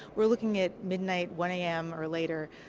we are looking at midnight, one am or later.